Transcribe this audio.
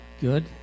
good